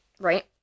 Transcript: right